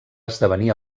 esdevenir